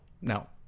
No